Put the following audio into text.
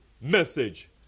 message